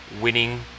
winning